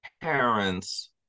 parents